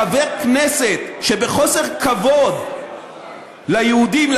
חבר כנסת שבחוסר כבוד ליהודים,